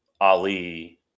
Ali